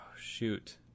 shoot